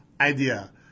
idea